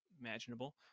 imaginable